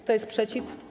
Kto jest przeciw?